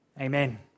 amen